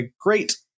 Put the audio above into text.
great